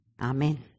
Amen